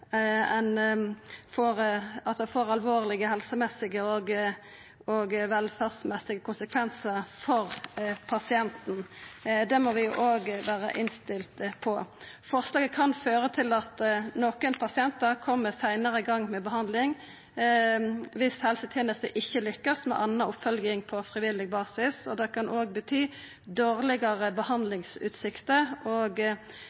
velferdsmessige konsekvensar for pasienten. Det må vi òg vera innstilte på. Forslaget kan føra til at nokon pasientar kjem seinare i gang med behandling dersom helsetenesta ikkje lukkast med anna oppfølging på frivillig basis, og det kan bety dårlegare behandlingsutsikter og